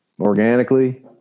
organically